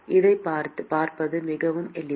இதைப் பார்ப்பது மிகவும் எளிது